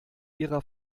ihrer